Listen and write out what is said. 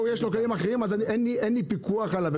יש לו כללים אחרים ואין לי פיקוח עליו.